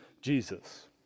Jesus